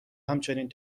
همچنین